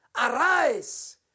arise